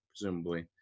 presumably